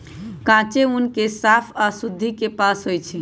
कांचे ऊन के साफ आऽ शुद्धि से पास होइ छइ